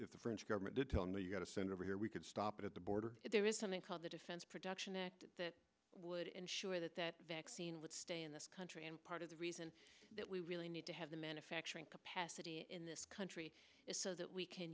the french government did tell me you got to send over here we could stop it at the border if there is something called the defense production act that would ensure that that vaccine would stay in this country and part of the reason that we really need to have the manufacturing capacity in this country is so that we can